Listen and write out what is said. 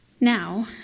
Now